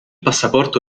passaporto